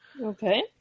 Okay